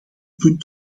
punt